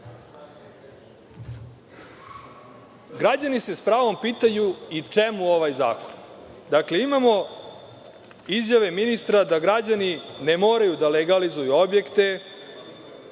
se s pravom pitaju čemu ovaj zakon. Dakle, imamo izjave ministra da građani ne moraju da legalizuju objekte